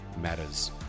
matters